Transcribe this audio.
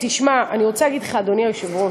תשמע, אני רוצה להגיד לך, אדוני היושב-ראש,